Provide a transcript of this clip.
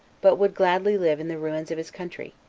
but would gladly live in the ruins of his country,